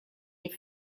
les